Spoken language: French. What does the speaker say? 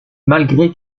malgré